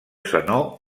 zenó